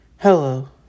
Hello